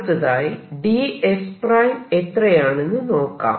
അടുത്തതായി ds എത്രയാണെന്ന് നോക്കാം